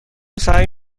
سعی